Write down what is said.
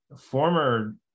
former